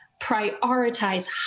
prioritize